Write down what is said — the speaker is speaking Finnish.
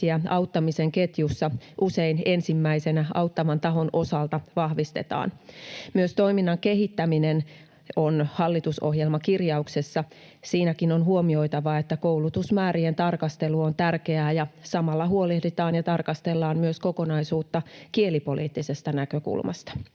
auttamisen ketjussa usein ensimmäisenä auttavan tahon osalta niitä vahvistetaan. Myös toiminnan kehittäminen on hallitusohjelmakirjauksessa. Siinäkin on huomioitava, että koulutusmäärien tarkastelu on tärkeää ja samalla huolehditaan ja tarkastellaan myös kokonaisuutta kielipoliittisesta näkökulmasta.